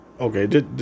Okay